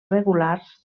regulars